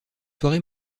soirée